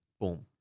Boom